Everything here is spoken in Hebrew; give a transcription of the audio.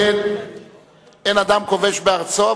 אין אדם כובש בארצו,